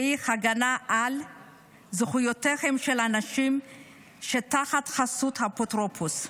שהיא הגנה על זכויותיהם של האנשים שתחת חסות האפוטרופוס.